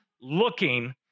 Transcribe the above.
looking